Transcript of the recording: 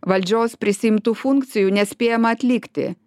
valdžios prisiimtų funkcijų nespėjama atlikti